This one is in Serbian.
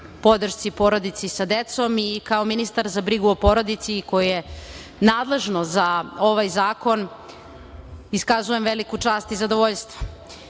podršci porodici sa decom. I kao ministar za brigu o porodici koji je nadležan za ovaj zakon, iskazujem veliku čast i zadovoljstvo. Na